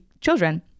children